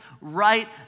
right